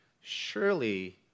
surely